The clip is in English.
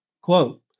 Quote